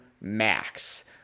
max